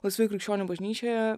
laisvoj krikščionių bažnyčioje